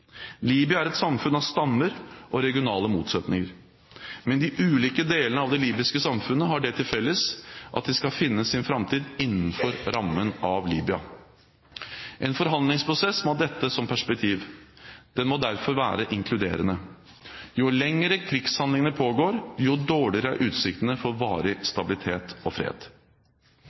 er et samfunn av stammer og regionale motsetninger. Men de ulike delene av det libyske samfunnet har det til felles at de skal finne sin framtid innenfor rammen av Libya. En forhandlingsprosess må ha dette som perspektiv. Den må derfor være inkluderende. Jo lenger krigshandlingene pågår, jo dårligere er utsiktene for varig stabilitet og fred.